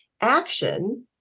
action